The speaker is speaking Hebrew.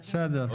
בסדר.